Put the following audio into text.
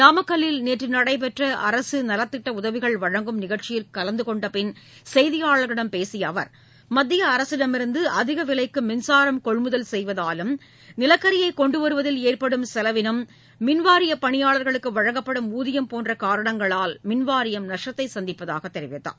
நாமக்கல்லில் நேற்று நடைபெற்ற அரசு நலத்திட்ட உதவிகள் வழங்கும் நிகழ்ச்சியில் கலந்தகொண்ட பின் செய்தியாளர்களிடம் பேசிய அவர் மத்திய அரசிடமிருந்து அதிக விலைக்கு மின்சாரம் கொள்முதல் செய்வதாலும் நிலக்கரியை கொண்டுவருவதில் ஏற்படும் செலவினம் மின்வாரிய பணியாளர்களுக்கு வழங்கப்படும் ஊதியம் போன்ற காரணங்களால் மின்வாரியம் நஷ்டத்தை சந்திப்பதாக தெரிவித்தார்